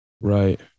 Right